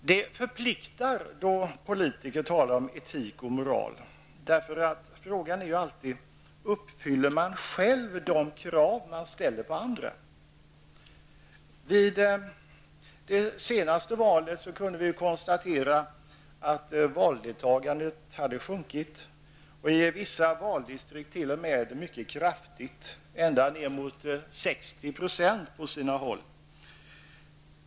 Det förpliktar när politiker talar om etik och moral. Frågan är alltid om man själv uppfyller de krav man ställer på andra. I det senaste valet kunde vi konstatera att valdeltagandet hade sjunkit. I vissa valdistrikt t.o.m. mycket kraftigt, ända ner mot 60 % på sina håll.